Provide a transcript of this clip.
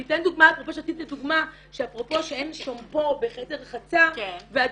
אני אתן דוגמה שאפרופו שאין שמפו בחדר רחצה והדייר,